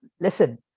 Listen